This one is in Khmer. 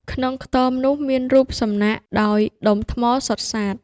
ក្នុងខ្ទមនោះ មានរូបសំណាកដោយដុំថ្មសុទ្ធសាធ ។